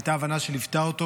הייתה הבנה שליוותה אותו,